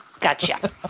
Gotcha